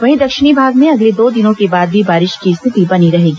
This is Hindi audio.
वहीं दक्षिणी भाग में अगले दो दिनों के बाद भी बारिश की स्थिति बनी रहेगी